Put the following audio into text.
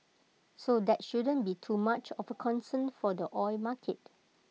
so that shouldn't be too much of concern for the oil market